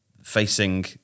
Facing